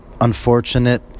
unfortunate